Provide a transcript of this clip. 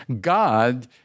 God